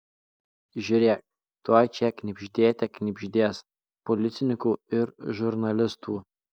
žiūrėk tuoj čia knibždėte knibždės policininkų ir žurnalistų